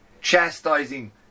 chastising